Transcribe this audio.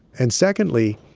and secondly,